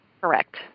Correct